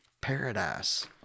paradise